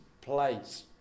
place